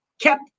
kept